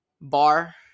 bar